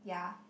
ya